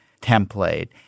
template